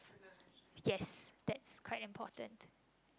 yes that's quite important